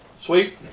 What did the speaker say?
Sweet